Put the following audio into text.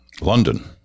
London